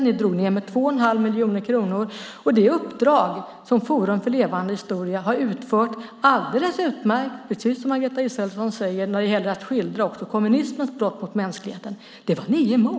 Ni drog ned med 2 1⁄2 miljoner kronor. Det uppdrag som Forum för levande historia har utfört alldeles utmärkt, precis som Margareta Israelsson säger, när det gäller att skildra också kommunismens brott mot mänskligheten var ni emot.